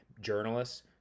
journalists